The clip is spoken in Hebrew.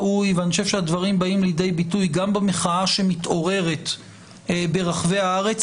הדברים באים לידי ביטוי גם במחאה שמתעוררת ברחבי הארץ,